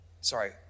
sorry